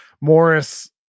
morris